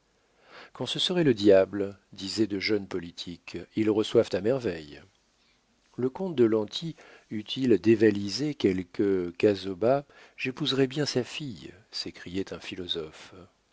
quand ce serait le diable disaient de jeunes politiques ils reçoivent à merveille le comte de lanty eût-il dévalisé quelque casauba j'épouserais bien sa fille s'écriait un philosophe